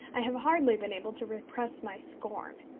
i have hardly been able to repress my scorn.